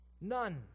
None